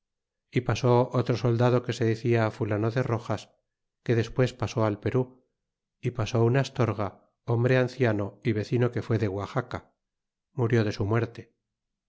e pasó otro soldado que se decia fulano de boxas que despues pasó al peru e pasó un astorga hombre anciano y vecino que fue de guaxaca murió de su muerte